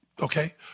Okay